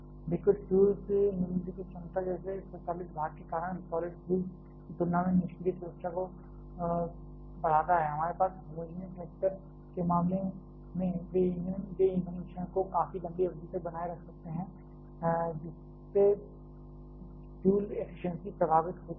liquid fuels निम्नलिखित क्षमता जैसे स्वचालित भार के कारण सॉलि़ड फ्यूल्स की तुलना में निष्क्रिय सुरक्षा को बढ़ाता है हमारे पास होमोजेनियस रिएक्टर के मामले में वे ईंधन मिश्रण को काफी लंबी अवधि तक बनाए रख सकते हैं जिससे फ्यूल एफिशिएंसी प्रभावित होती है